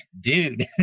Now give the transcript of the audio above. dude